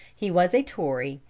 he was a tory,